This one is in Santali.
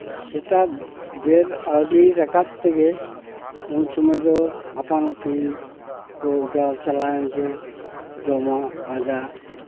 ᱥᱮᱛᱟᱜ ᱵᱮᱨ ᱟᱹᱣᱨᱤ ᱨᱟᱠᱟᱵ ᱛᱮᱜᱮ ᱩᱱ ᱥᱚᱢᱚᱭ ᱫᱚ ᱟᱯᱟᱱ ᱟᱹᱯᱤᱱ ᱠᱚ ᱩᱰᱟᱹᱣ ᱪᱟᱞᱟᱣᱮᱱ ᱜᱮ ᱡᱚᱢᱟᱜ ᱯᱟᱸᱡᱟ